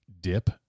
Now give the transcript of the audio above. dip